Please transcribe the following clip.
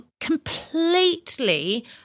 completely